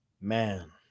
Man